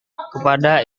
kepada